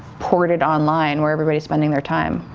ported online where everybody's spending their time.